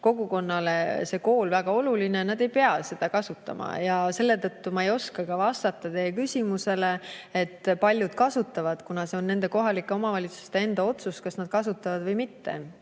kogukonnale see kool väga oluline, siis nad ei pea seda kasutama. Selle tõttu ma ei oska ka vastata teie küsimusele, kui paljud kasutavad. See on kohalike omavalitsuste enda otsus, kas nad seda kasutavad või mitte.